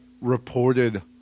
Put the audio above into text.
reported